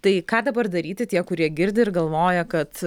tai ką dabar daryti tie kurie girdi ir galvoja kad